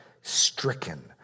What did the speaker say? Stricken